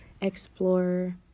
explore